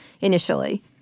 initially